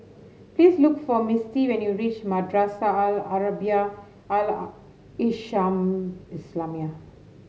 please look for Mistie when you reach Madrasah Al Arabiah Al Islamiah